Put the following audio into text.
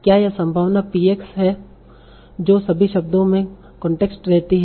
क्या यह संभावना P x है जो सभी शब्दों में कांस्टेंट रहती है